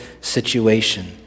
situation